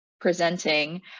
presenting